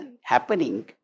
happening